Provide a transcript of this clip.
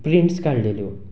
prints काडिल्ल्यो